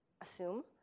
assume